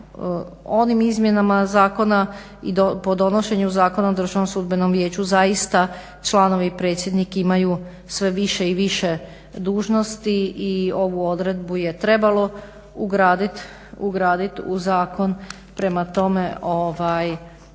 onim izmjenama zakona i po donošenju Zakona od državnom sudbenom vijeću zaista članovi, predsjednik imaju sve više i više dužnosti i ovu odredbu je trebalo ugradit u zakon. Prema tome i hvala